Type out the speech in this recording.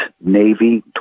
Navy